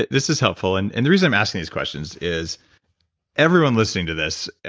this is helpful. and and the reason i'm asking these questions is everyone listening to this,